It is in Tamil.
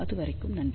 அதுவரைக்கும் நன்றி